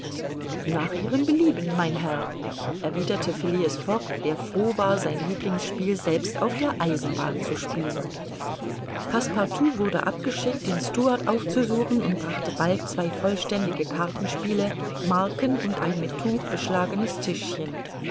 nach ihrem belieben mein herr erwiderte phileas fogg der froh war sein lieblingsspiel selbst auf der eisenbahn zu spielen passepartout wurde abgeschickt den stewart aufzusuchen und brachte bald zwei vollständige kartenspiele marken und ein mit tuch beschlagenes tischchen